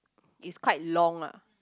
is quite long lah